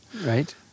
right